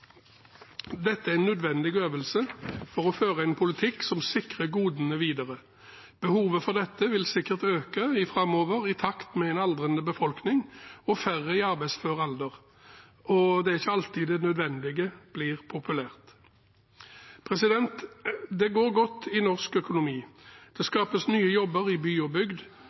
Dette er en nødvendig øvelse for å føre en politikk som sikrer godene videre. Behovet for dette vil sikkert øke framover, i takt med en aldrende befolkning og færre i arbeidsfør alder, og det er ikke alltid det nødvendige blir populært. Det går godt i norsk økonomi. Det skapes nye jobber i by og bygd.